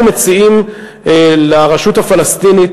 אנחנו מציעים לרשות הפלסטינית,